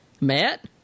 Matt